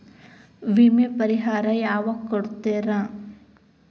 ವಿಮೆ ಪರಿಹಾರ ಯಾವಾಗ್ ಕೊಡ್ತಾರ?